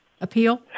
Appeal